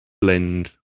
blend